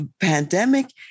pandemic